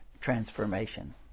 transformation